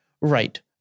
right